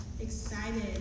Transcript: excited